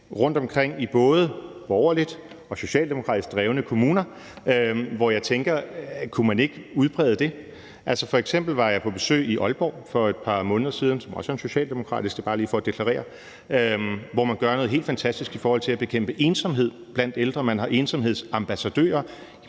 rundtomkring i både borgerligt og socialdemokratisk drevne kommuner, hvor jeg tænker: Kunne man ikke udbrede det? F.eks. var jeg på besøg i Aalborg for et par måneder siden, som også er socialdemokratisk – det er bare lige for at deklarere – hvor man gør noget helt fantastisk i forhold til at bekæmpe ensomhed blandt ældre, og man har ensomhedsambassadører.